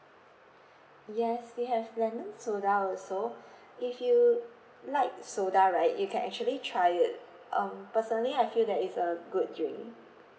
yes we have lemon soda also if you like soda right you can actually try it um personally I feel that it's a good drink